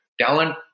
talent